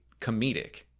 comedic